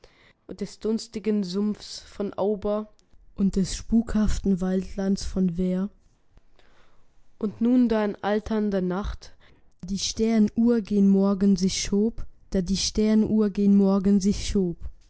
des dunstigen sumpfs von auber und des spukhaften waldlands von weir und nun da in alternder nacht die sternuhr gen morgen sich schob da die sternuhr gen morgen sich